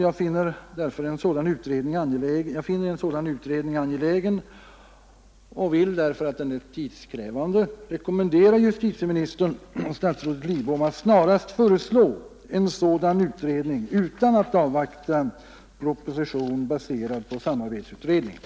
Jag finner en sådan utredning angelägen och vill, därför att den är tidskrävande, rekommendera justitieministern och statsrådet Lidbom att snarast föreslå en sådan utredning utan att avvakta proposition baserad på samarbetsutredningen.